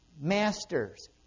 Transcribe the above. Masters